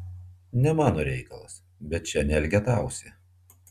ne mano reikalas bet čia neelgetausi